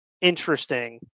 interesting